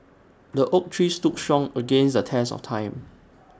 the oak tree stood strong against the test of time